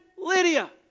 Lydia